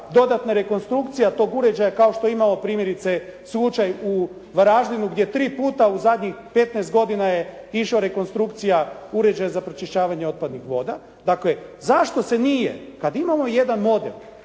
dodatna rekonstrukcija tog uređaja kao što imamo primjerice slučaj u Varaždinu gdje tri puta u zadnjih 15 godina je išla rekonstrukcija uređaja za pročišćavanje otpadnih voda. Dakle zašto se nije kad imamo jedan model